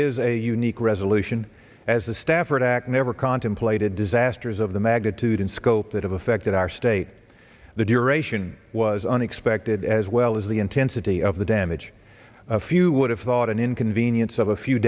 is a unique resolution as the stafford act never contemplated disasters of the magnitude and scope that have affected our state the duration was unexpected as well as the intensity of the damage if you would have thought an inconvenience of a few